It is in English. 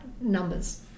Numbers